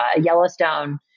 Yellowstone